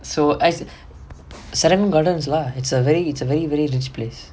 so as serangoon gardens lah it's a very it's a very very rich place